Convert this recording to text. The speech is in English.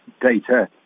data